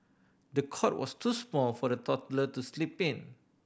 the cot was too small for the toddler to sleep in